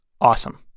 Awesome